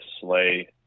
Slay